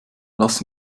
lass